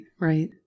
right